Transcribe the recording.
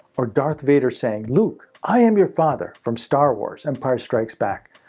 or darth vadar saying, luke, i am your father from star wars, empire strikes back.